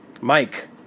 Mike